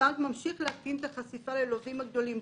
הבנק ממשיך להקטין את החשיפה ללווים הגדולים".